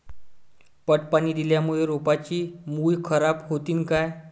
पट पाणी दिल्यामूळे रोपाची मुळ खराब होतीन काय?